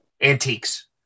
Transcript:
Antiques